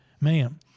ma'am